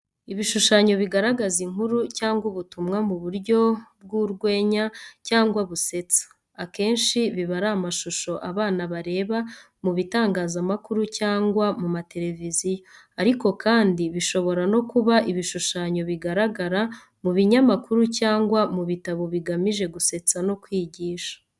Ibishushanyo bigaragaza inkuru cyangwa ubutumwa mu buryo bw'urwenya cyangwa busetsa. Akenshi biba ari amashusho abana bareba mu bitangazamakuru cyangwa ku ma tereviziyo, ariko kandi bishobora no kuba ibishushanyo bigaragara mu binyamakuru cyangwa mu bitabo bigamije gusetsa no kwigisha.